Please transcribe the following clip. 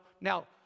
now